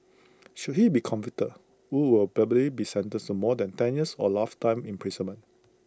should he be convicted wu will probably be sentenced to more than ten years or lifetime imprisonment